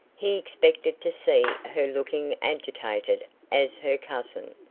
he expected to see her looking agitated as her cousin,